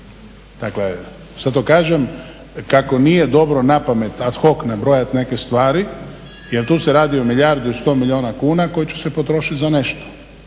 Dakle zato kažem kako nije dobro napamet ad hoc nabrojat neke stvari jer tu se radi o milijardu i 100 milijuna kuna koji će se potrošit za nešto.